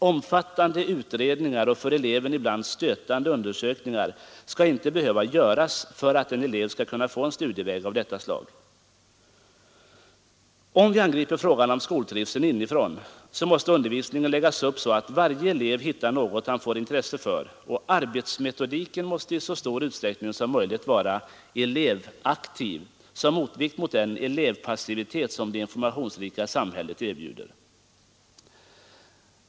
Omfattande utredningar och för eleven ibland stötande undersökningar skall inte behöva göras för att en elev skall kunna få en studieväg av detta slag. Om vi angriper frågan om skoltrivseln inifrån, så måste undervisningen läggas upp så att varje elev hittar något han får intresse för, och arbetsmetodiken måste i så stor utsträckning som möjligt vara elevaktiv, som motvikt mot all den elevpassivitet som det informationsrika samhället erbjuder.